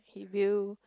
with you